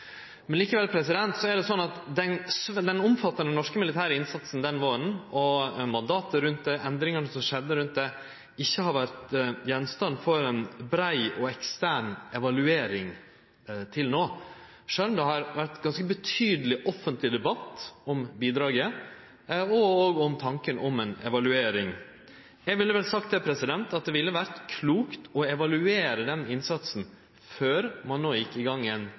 Likevel er det slik at den omfattande norske militære innsatsen den våren, og mandatet rundt endringane som skjedde rundt det, ikkje har vore gjenstand for ei brei og ekstern evaluering til no, sjølv om det har vore ganske betydeleg offentleg debatt om bidraget og om tanken om ei evaluering. Eg ville vel sagt at det ville vore klokt å evaluere den innsatsen før ein no gjekk i gang med ein ny i den same regionen, men det er for seint no. Det er derimot ikkje